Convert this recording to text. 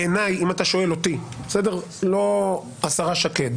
בעיניי, אם אתה שואל אותי, לא השרה שקד